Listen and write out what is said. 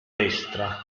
destra